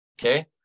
okay